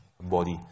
body